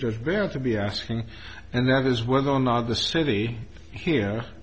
judge there to be asking and that is whether or not the city here